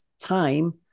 time